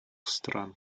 стран